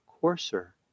coarser